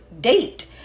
date